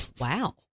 Wow